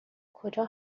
کجا